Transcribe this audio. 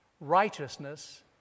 righteousness